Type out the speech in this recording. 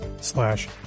slash